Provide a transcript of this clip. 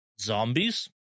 zombies